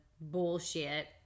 bullshit